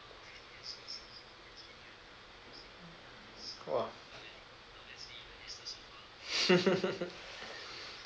!wah!